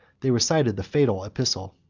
they recited the fatal epistle.